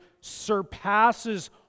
surpasses